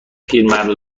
پیرمردو